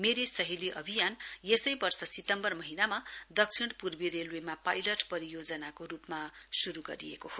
मेरी सहेली अभियान यसै वर्ष सितम्बर महीनामा दक्षिण पूर्वी रेलवेमा पाइलट परियोजनाको रुपमा शुरु गरिएको हो